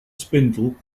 spindle